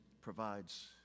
provides